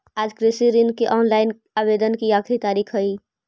आज कृषि ऋण के ऑनलाइन आवेदन की आखिरी तारीख हई